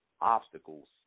obstacles